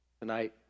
Tonight